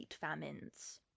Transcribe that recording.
famines